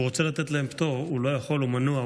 הוא רוצה לתת להן פטור, הוא לא יכול, הוא מנוע.